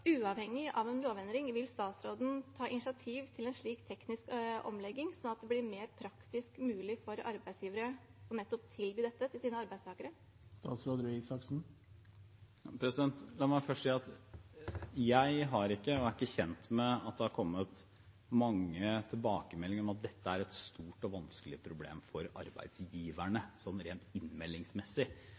uavhengig av en lovendring: Vil statsråden ta initiativ til en slik teknisk omlegging, slik at det blir mer praktisk mulig for arbeidsgivere å tilby nettopp dette til sine arbeidstakere? La meg først si at jeg ikke har vært kjent med at det har kommet mange tilbakemeldinger om at dette er et stort og vanskelig problem for arbeidsgiverne rent innmeldingsmessig.